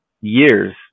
years